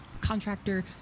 contractor